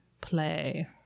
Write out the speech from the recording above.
play